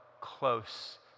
close